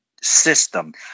system